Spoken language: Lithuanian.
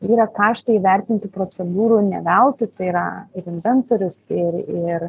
yra karštai įvertinti procedūrų ne veltui tai yra ir inventorius ir ir